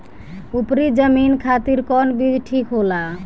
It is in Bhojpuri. उपरी जमीन खातिर कौन बीज ठीक होला?